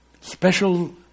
special